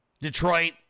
Detroit